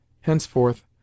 Henceforth